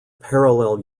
parallel